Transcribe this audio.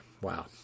Wow